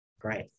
Great